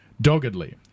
Doggedly